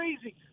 crazy